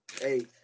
Hey